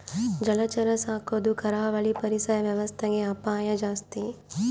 ಜಲಚರ ಸಾಕೊದು ಕರಾವಳಿ ಪರಿಸರ ವ್ಯವಸ್ಥೆಗೆ ಅಪಾಯ ಜಾಸ್ತಿ